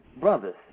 brothers